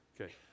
Okay